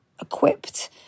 equipped